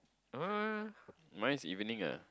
uh mine is evening ah